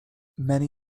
many